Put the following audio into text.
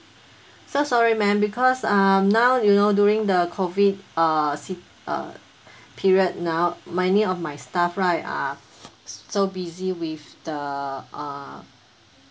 so sorry madam because um now you know during the COVID uh sea~ uh period now many of my staff right are so busy with the uh